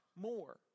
more